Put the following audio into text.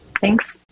Thanks